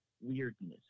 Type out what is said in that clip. weirdness